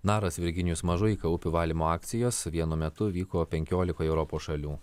naras virginijus mažuika upių valymo akcijos vienu metu vyko penkiolikoj europos šalių